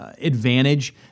Advantage